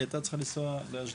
היא היתה צריכה לנסוע לאשדוד